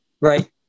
right